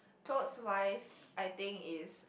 clothes wise I think is